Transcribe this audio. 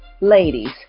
ladies